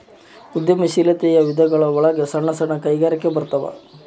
ಉದ್ಯಮ ಶೀಲಾತೆಯ ವಿಧಗಳು ಒಳಗ ಸಣ್ಣ ಸಣ್ಣ ಕೈಗಾರಿಕೆ ಬರತಾವ